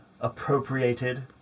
appropriated